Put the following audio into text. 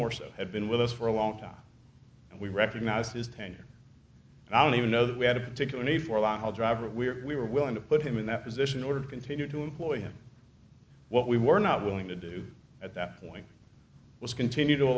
more so had been with us for a long time and we recognize his tenure and i don't even know that we had a particularly for a while driver we were we were willing to put him in that position order to continue to employ him what we were not willing to do at that point was continue to